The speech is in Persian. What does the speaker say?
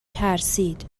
ترسید